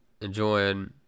enjoying